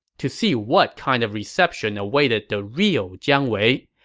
to see what kind of reception awaited the real jiang wei,